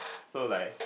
so like